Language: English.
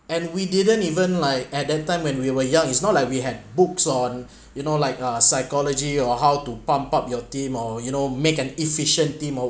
and we didn't even like at that time when we were young is not like we had books on you know like uh psychology or how to bump up your team or you know make an efficient team or